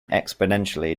exponentially